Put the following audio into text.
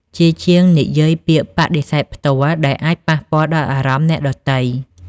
ជាជាងនិយាយពាក្យបដិសេធន៍ផ្ទាល់ ដែលអាចប៉ះពាល់ដល់អារម្មណ៍អ្នកដទៃ។